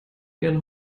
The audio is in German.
ihren